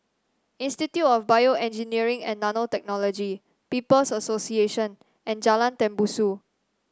Institute of BioEngineering and Nanotechnology People's Association and Jalan Tembusu